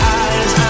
eyes